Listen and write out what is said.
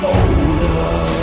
older